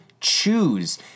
choose